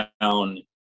down